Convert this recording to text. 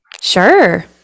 Sure